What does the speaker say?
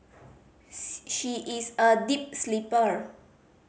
she is a deep sleeper